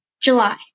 July